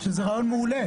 זה רעיון מעולה.